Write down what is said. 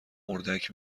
اردک